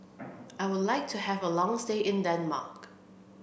I would like to have a long stay in Denmark